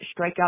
strikeout